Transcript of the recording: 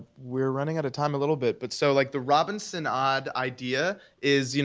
we're running out of time a little bit but so like the robinsonade idea is, you know